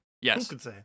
Yes